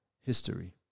history